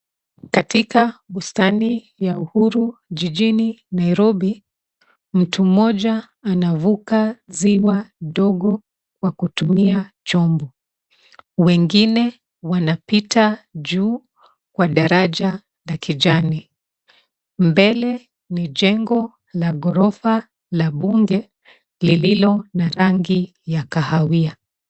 Katika bustani ya Uhuru jijini Nairobi, mtu mmoja anavuka ziwa dogo kwa kutumia chombo. Wengine wanapita juu kwa daraja la kijani. Mbele ni jengo la ghorofa la bunge lililo na rangi ya kahawia.